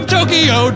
Tokyo